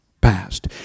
Past